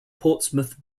portsmouth